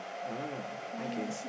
ah okay